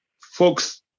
folks